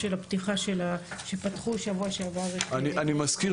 אני מזכיר